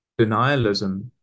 denialism